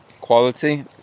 quality